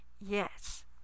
Yes